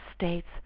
states